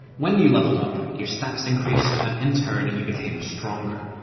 when you leveled up, your stats increased, and in turn, you became stronger.